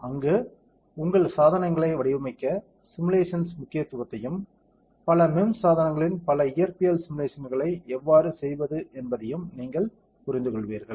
அங்கு உங்கள் சாதனங்களை வடிவமைக்க சிமுலேஷன்ஸ்ன் முக்கியத்துவத்தையும் பல MEMS சாதனங்களின் பல இயற்பியல் சிமுலேஷன்ஸ்களை எவ்வாறு செய்வது என்பதையும் நீங்கள் புரிந்துகொள்வீர்கள்